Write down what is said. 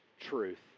truth